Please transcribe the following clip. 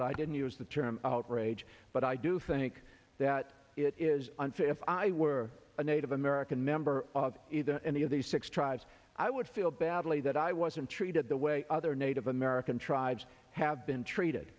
yield i didn't use the term outrage but i do think that it is unfair if i were a native american member of any of these six tribes i would feel badly that i wasn't treated the way other native american tribes have been treated